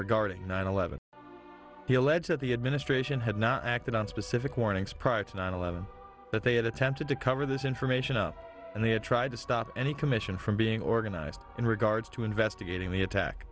regarding nine eleven he alleged that the administration had not acted on specific warnings prior to nine eleven that they had attempted to cover this information up and they tried to stop any commission from being organized in regards to investigating the attack